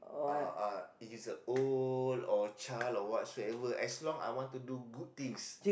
uh uh he's a old or child or whatsoever as long I want to do good things